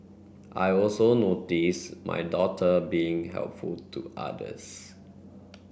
I also notice my daughter being helpful to others